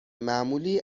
معمولی